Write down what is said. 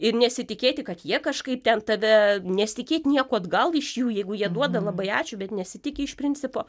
ir nesitikėti kad jie kažkaip ten tave nesitikėt nieko atgal iš jų jeigu jie duoda labai ačiū bet nesitiki iš principo